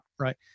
right